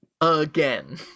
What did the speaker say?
again